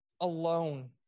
alone